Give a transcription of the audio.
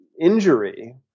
injury –